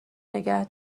نگه